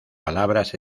palabras